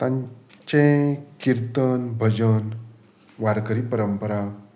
तांचें किर्तन भजन वारकरी परंपरा